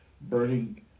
burning